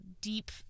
deep